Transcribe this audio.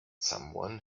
someone